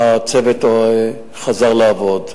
והצוות חזר לעבוד,